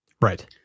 right